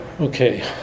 Okay